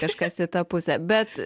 kažkas į tą pusę bet